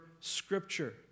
scripture